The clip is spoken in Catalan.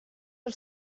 del